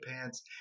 pants